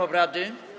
obrady.